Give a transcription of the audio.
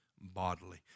bodily